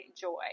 joy